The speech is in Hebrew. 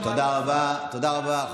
תודה רבה,